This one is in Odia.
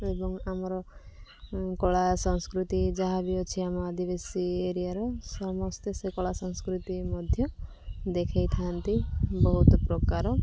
ଏବଂ ଆମର କଳା ସଂସ୍କୃତି ଯାହା ବି ଅଛି ଆମ ଆଦିବାସୀ ଏରିଆର ସମସ୍ତେ ସେ କଳା ସଂସ୍କୃତି ମଧ୍ୟ ଦେଖେଇଥାନ୍ତି ବହୁତ ପ୍ରକାର